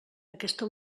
aquesta